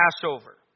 Passover